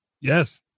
Yes